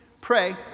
pray